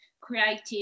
creative